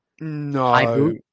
No